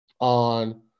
on